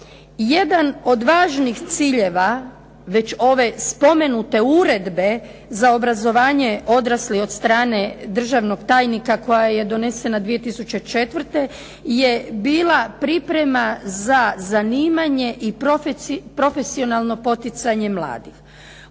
Jedan od važnih ciljeva već ove spomenute Uredbe za obrazovanje odraslih od strane državnog tajnika koje je donesena 2004. je bila priprema za zanimanje i profesionalno poticanje mladih.